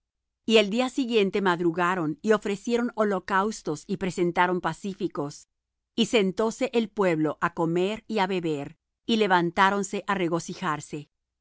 y el día siguiente madrugaron y ofrecieron holocaustos y presentaron pacíficos y sentóse el pueblo á comer y á beber y levantáronse á regocijarse